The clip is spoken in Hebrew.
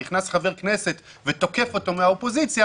נכנס חבר כנסת ותוקף אותו מהאופוזיציה,